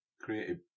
created